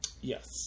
Yes